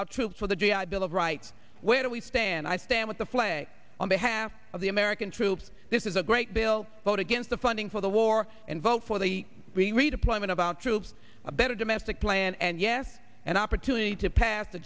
out troops with a g i bill of rights where do we stand i stand with the flag on behalf of the american troops this is a great bill vote against the funding for the war and vote for the redeployment of our troops a better domestic plan and yes an opportunity to pass the